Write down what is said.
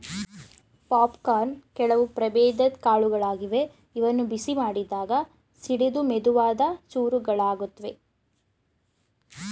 popcorn ಕೆಲವು ಪ್ರಭೇದದ್ ಕಾಳುಗಳಾಗಿವೆ ಇವನ್ನು ಬಿಸಿ ಮಾಡಿದಾಗ ಸಿಡಿದು ಮೆದುವಾದ ಚೂರುಗಳಾಗುತ್ವೆ